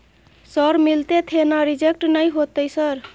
Sir मिलते थे ना रिजेक्ट नय होतय सर?